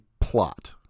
plot